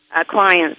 clients